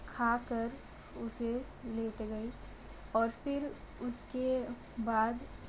खा कर उसे लेट गई और फिर उस के बाद